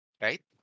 Right